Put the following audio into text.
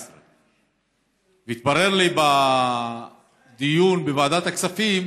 2019. התברר לי בדיון בוועדת הכספים